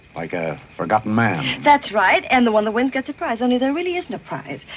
like a forgotten man. that's right. and the one that wins gets a prize only. there really isn't a prize.